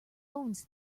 owns